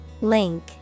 Link